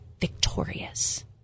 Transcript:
victorious